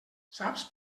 saps